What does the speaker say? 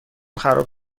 خراب